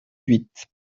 huit